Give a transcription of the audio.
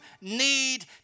need